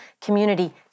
community